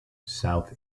south